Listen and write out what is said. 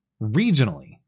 regionally